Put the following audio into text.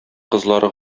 кызлары